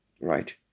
right